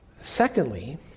Secondly